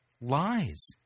lies